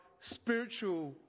spiritual